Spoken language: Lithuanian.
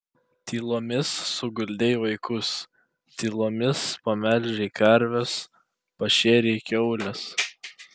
tylomis suguldei vaikus tylomis pamelžei karves pašėrei kiaules